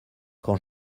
quand